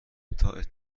اتفاقات